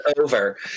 over